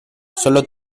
solo